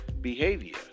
behavior